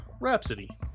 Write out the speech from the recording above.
Rhapsody